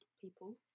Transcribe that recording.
people